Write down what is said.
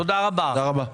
תודה רבה.